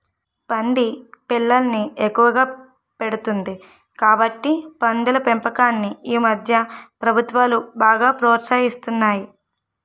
పంది పిల్లల్ని ఎక్కువగా పెడుతుంది కాబట్టి పందుల పెంపకాన్ని ఈమధ్య ప్రభుత్వాలు బాగా ప్రోత్సహిస్తున్నాయి